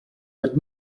but